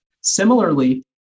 Similarly